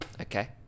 Okay